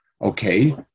Okay